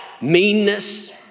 meanness